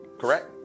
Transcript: Correct